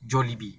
jollibee